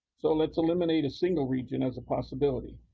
so let's eliminate a single region as a possibility.